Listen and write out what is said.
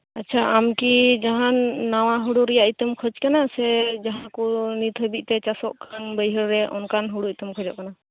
ᱟᱪ ᱪᱷᱟ ᱟᱢᱠᱤ ᱡᱟᱦᱟᱸᱱ ᱱᱟᱣᱟ ᱦᱩᱲᱩ ᱨᱮᱱᱟᱜ ᱤᱛᱟᱹᱢ ᱠᱷᱚᱡᱽ ᱠᱟᱱᱟ ᱥᱮ ᱡᱟᱦᱟᱸ ᱠᱚ ᱱᱤᱛ ᱦᱟᱵᱤᱡ ᱛᱮ ᱪᱟᱥᱚᱜ ᱠᱟᱱ ᱵᱟᱹᱭᱦᱟᱹᱲ ᱨᱮ ᱚᱱᱠᱟᱱ ᱦᱩᱲᱩ ᱤᱛᱟᱹᱢ ᱠᱷᱚᱡᱚᱜ ᱠᱟᱱᱟ